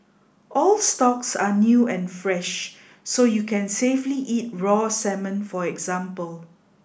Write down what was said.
all stocks are new and fresh so you can safely eat raw salmon for example